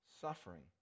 suffering